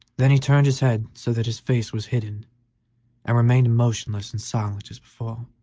then he turned his head so that his face was hidden and remained motionless and silent as before.